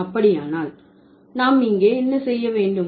அப்படியானால் நாம் இங்கே என்ன செய்ய வேண்டும்